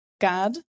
God